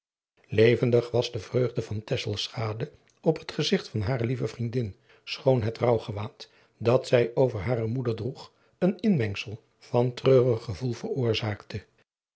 levendig was de vreugde van tesselschade op het gezigt van hare lieve vriendin schoon het rouwgewaad dat zij over hare moeder droeg een inmengsel van treurig gevoel veroorzaakte